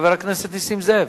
חבר הכנסת נסים זאב,